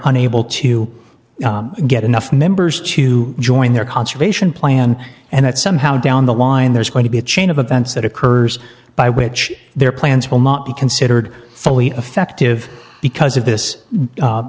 unable to get enough members to join their conservation plan and that somehow down the line there's going to be a chain of events that occurs by which their plans will not be considered fully effective because of this